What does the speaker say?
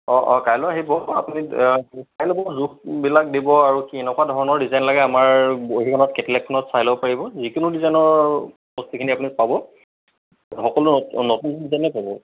অঁ অঁ কাইলৈ আহিব আপুনি চাই ল'ব জোখবিলাক দিব আৰু কি এনেকুৱা ধৰণৰ ডিজাইন লাগে আমাৰ বহীখনত কেটলেগখনত চাই ল'ব পাৰিব যিকোনো ডিজাইনৰ বস্তুখিনি আপুনি পাব সকলো নতুন ডিজাইনে পাব